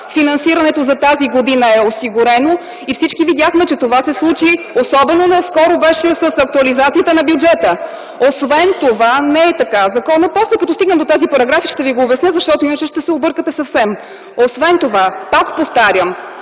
Финансирането за тази година е осигурено. Всички видяхме, че това се случи - особено наскоро беше с актуализацията на бюджета. (Реплика от лявата част.) Не е така. Като стигнем до тези параграфи, ще Ви го обясня, защото иначе ще се объркате съвсем. Освен това, пак повтарям,